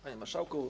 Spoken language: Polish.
Panie Marszałku!